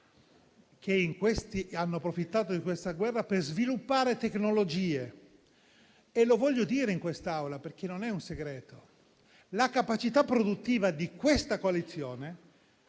che hanno approfittato di questa guerra per sviluppare tecnologie. Voglio dirlo in questa Aula perché non è un segreto: la capacità produttiva di questa coalizione